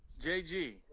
jg